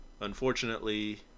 unfortunately